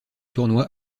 tournoi